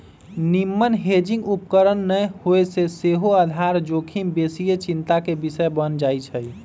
निम्मन हेजिंग उपकरण न होय से सेहो आधार जोखिम बेशीये चिंता के विषय बन जाइ छइ